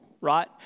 right